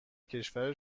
کشور